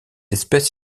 espèce